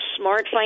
smart